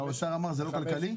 והאוצר אמר שזה לא כלכלי?